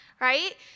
right